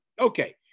Okay